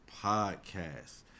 Podcast